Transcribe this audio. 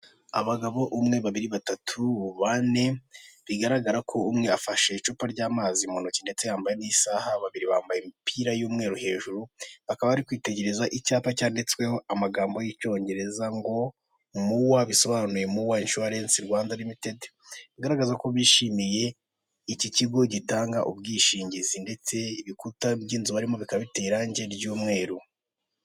Abagabo umwe, babiri, batatu, bane bigaragara ko umwe, afashe icupa ry'amazi mu ntoki ndetse yambaye n'isaha babiri bambaye imipira y'umweru hejuru bakaba bari kwitegereza icyapa cyanditsweho amagambo y'icyongereza ngo muwa, bisobanuye muwa wa incuwarense Rwanda rimi tedi, igaragaza ko bishimiye. Iki kigo gitanga ubwishingizi ndetse ibikuta by'inzu barimo bikababitera irangi ry'umweru.